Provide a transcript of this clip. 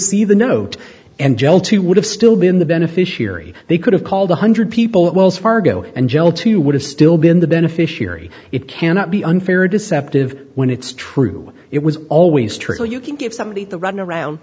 see the note and tell to would have still been the beneficiary they could have called one hundred people at wells fargo and tell to you would have still been the beneficiary it cannot be unfair deceptive when it's true it was always true you can give somebody the runaround